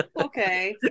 Okay